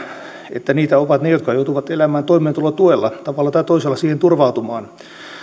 että niitä ovat ne jotka joutuvat elämään toimeentulotuella tavalla tai toisella joutuvat siihen turvautumaan